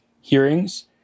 hearings